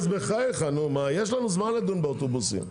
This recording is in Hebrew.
יש לנו זמן לדון באוטובוסים.